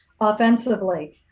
offensively